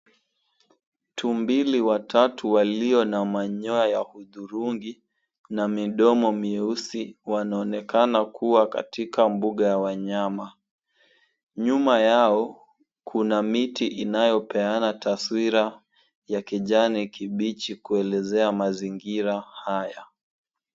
Tumbili watatu walio na manyoya ya hudhurungi na midomo nyeusi wanaonekana kuwa katika mbuga ya wanyama. Nyuma yao kuna miti inayopeana taswira ya kijani kibichi kuelezea mazingira haya.